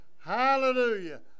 Hallelujah